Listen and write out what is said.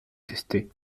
tester